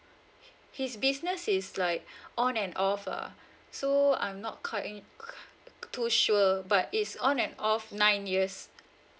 his business is like on and off lah so I'm not quite um too sure but it's on and off nine years